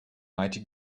mighty